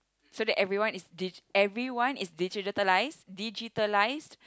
so that everyone is digi~ everyone is digitalized digitalized